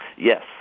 Yes